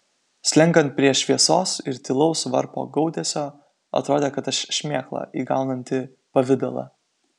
slenkant prie šviesos ir tylaus varpo gaudesio atrodė kad aš šmėkla įgaunanti pavidalą